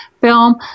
film